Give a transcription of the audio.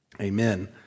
Amen